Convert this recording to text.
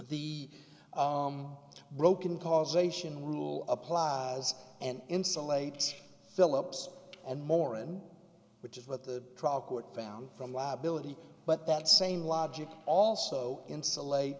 the broken causation rule applies and insulate philips and more and which is what the trial court found from liability but that same logic also insulate